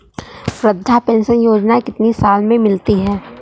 वृद्धा पेंशन योजना कितनी साल से मिलती है?